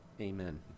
Amen